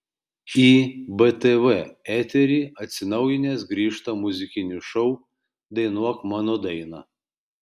į btv eterį atsinaujinęs grįžta muzikinis šou dainuok mano dainą